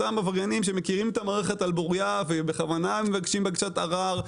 אותם עבריינים שמכירים את המערכת על בוריה ובכוונה מבקשים בקשת ערר,